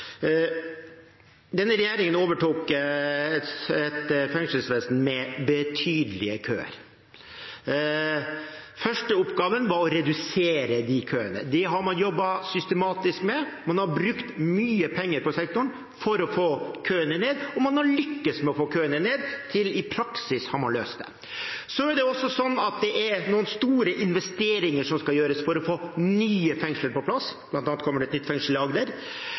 Denne regjeringen overtok et fengselsvesen med betydelige køer. Den første oppgaven var å redusere de køene. Det har man jobbet systematisk med. Man har brukt mye penger på sektoren for å få køene ned, og man har lyktes med å få køene ned – i praksis har man løst det. Det er også noen store investeringer som skal gjøres for å få nye fengsler på plass. Det kommer bl.a. et nytt fengsel i Agder.